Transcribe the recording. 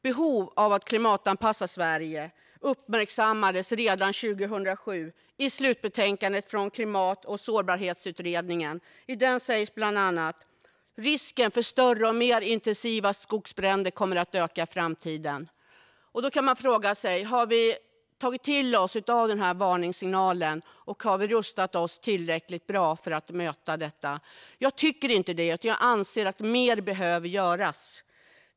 Behov av att klimatanpassa Sverige uppmärksammades redan 2007 i slutbetänkandet från Klimat och sårbarhetsutredningen. I det sägs bland annat: Risken för större och mer intensiva skogsbränder kommer att öka i framtiden. Då kan man fråga sig: Har vi tagit till oss av den varningssignalen, och har vi rustat oss tillräckligt bra för att möta detta? Jag tycker inte det. Jag anser att mer behöver göras.